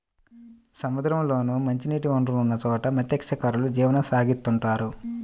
సముద్రాల్లోనూ, మంచినీటి వనరులున్న చోట మత్స్యకారులు జీవనం సాగిత్తుంటారు